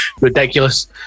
Ridiculous